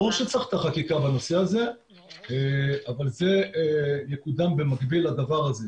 ברור שצריך את החקיקה בנושא הזה אבל זה יקודם במקביל לדבר הזה.